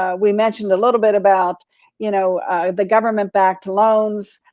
ah we mentioned a little bit about you know the government backed loans.